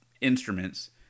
instruments